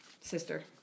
Sister